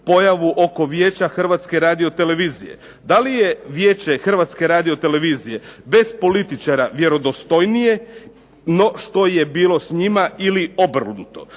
pojavu oko Vijeća Hrvatske radiotelevizije. Da li je Vijeće Hrvatske radiotelevizije bez političara vjerodostojnije no što je bilo s njima ili obrnuto?